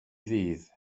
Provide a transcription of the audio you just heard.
ddydd